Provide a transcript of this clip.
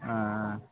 ஆ ஆ ஆ